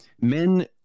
men